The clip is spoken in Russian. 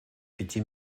пяти